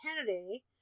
Kennedy